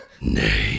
Nay